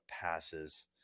passes